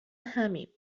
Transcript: همیم